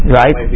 right